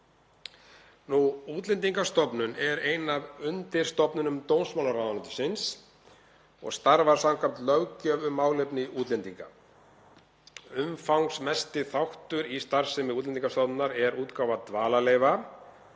Útlendingastofnun er ein af undirstofnunum dómsmálaráðuneytisins og starfar samkvæmt löggjöf um málefni útlendinga. Umfangsmesti þáttur í starfsemi Útlendingastofnunar er útgáfa dvalarleyfa,